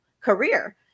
career